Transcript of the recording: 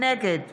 נגד